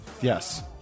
Yes